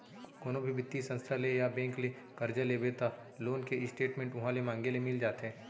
कोनो भी बित्तीय संस्था ले या बेंक ले करजा लेबे त लोन के स्टेट मेंट उहॉं ले मांगे ले मिल जाथे